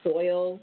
Soil